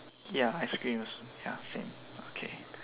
ya ice cream also ya same okay